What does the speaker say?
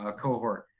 ah cohort.